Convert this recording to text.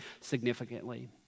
significantly